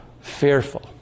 fearful